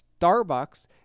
Starbucks